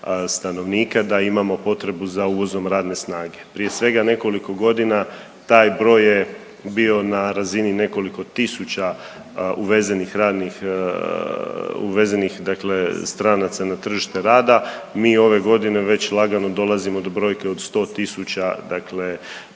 stanovnika da imamo potrebu za uvozom radne snage. Prije svega nekoliko godina taj broj je bio na razini nekoliko tisuća uvezenih radnih, uvezenih dakle stranaca na tržište rada. Mi ove godine već lagano dolazimo do brojke od 100.000